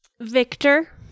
Victor